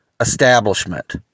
establishment